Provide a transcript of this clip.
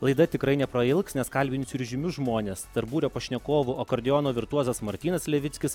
laida tikrai neprailgs nes kalbinsiu ir žymius žmones tarp būrio pašnekovų akordeono virtuozas martynas levickis